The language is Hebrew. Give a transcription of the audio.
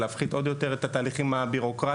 ולהפחית עוד יותר את התהליכים הביורוקרטיים.